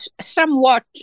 somewhat